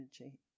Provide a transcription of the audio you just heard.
energy